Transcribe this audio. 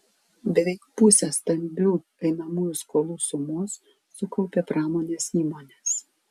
beveik pusę stambių einamųjų skolų sumos sukaupė pramonės įmonės